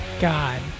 God